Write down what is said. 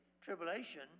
tribulation